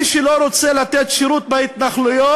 מי שלא רוצה לתת שירות בהתנחלויות,